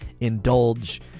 indulge